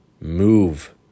move